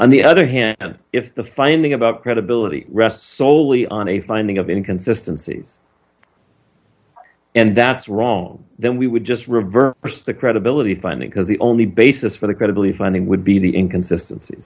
on the other hand if the finding of a credibility rests soley on a finding of inconsistency and that's wrong then we would just reverse the credibility finally because the only basis for the credibility finding would be the inconsistency